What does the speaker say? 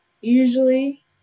usually